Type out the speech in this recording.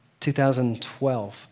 2012